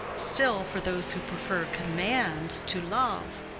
still, for those who prefer command to love,